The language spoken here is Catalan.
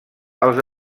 els